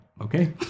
Okay